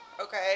okay